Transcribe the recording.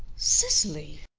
cecily!